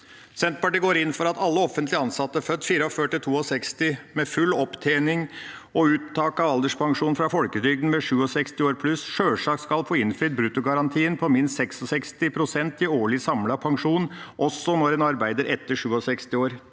Senterpartiet går inn for at alle offentlig ansatte født 1944–1962 med full opptjening og uttak av alderspensjon fra folketrygden ved 67 år pluss sjølsagt skal få innfridd bruttogarantien på minst 66 pst. i årlig samlet pensjon, også når en arbeider etter 67 år.